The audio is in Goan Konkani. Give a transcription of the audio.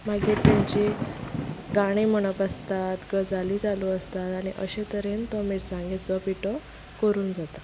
मागीर तांचे गाणें म्हणप आसतात गजाली चालू आसतात आनी अशें तरेन तो मिरसांगेचो पिटो करून जाता